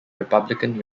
republican